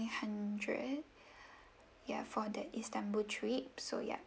hundred ya for that istanbul trip so ya